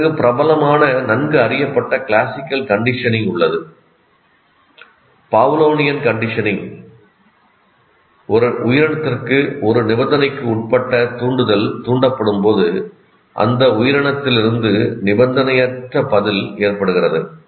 பிறகு பிரபலமான நன்கு அறியப்பட்ட கிளாசிக்கல் கண்டிஷனிங் உள்ளது 'பாவ்லோவியன் கண்டிஷனிங் ' ஒரு உயிரினத்திற்கு ஒரு நிபந்தனைக்குட்பட்ட தூண்டுதல் தூண்டப்படும்போது அந்த உயிரினத்திலிருந்து நிபந்தனையற்ற பதில் ஏற்படுகிறது